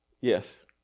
Yes